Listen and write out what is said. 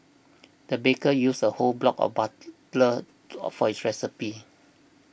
the baker used a whole block of for it's recipe